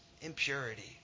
impurity